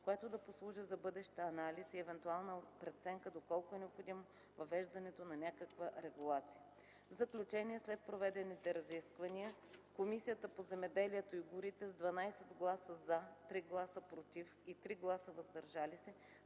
която да послужи за бъдещ анализ и евентуална преценка доколко е необходимо въвеждането на някаква регулация. В заключение след проведените разисквания Комисията по земеделието и горите с 12 гласа “за”, 3 гласа “против” и 3 гласа “въздържали се”